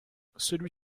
celui